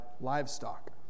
livestock